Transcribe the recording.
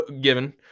given